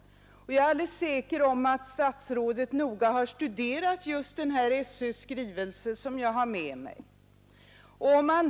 Jag är alldeles säker på att statsrådet noga har studerat just den här skrivelsen från SÖ som jag har med mig.